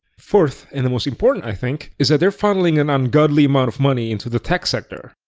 fourth, and the most important i think, is that they're funneling an ungodly amount of money into the tech sector.